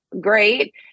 great